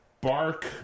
bark